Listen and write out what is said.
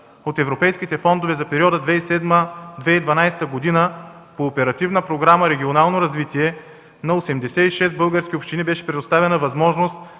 от европейските фондове за периода 2007-2012 г. по Оперативна програма „Регионално развитие” на 86 български общини беше предоставена възможност